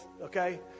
okay